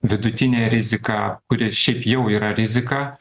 vidutinė rizika kuri šiaip jau yra rizika